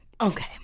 Okay